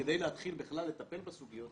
אבל כדי להתחיל בכלל לטפל בסוגיות,